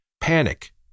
panic